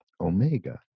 Omega